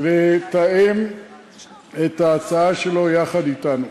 לתאם את ההצעה שלו ולקדם אותה יחד אתנו.